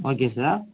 okay sir